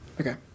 Okay